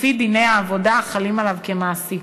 לפי דיני העבודה החלים עליו כמעסיק.